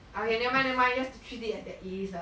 okay never mind never mind just treat it as that it is lah